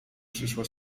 przyszło